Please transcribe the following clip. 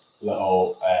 little